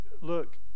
Look